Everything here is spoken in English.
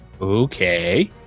Okay